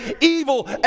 evil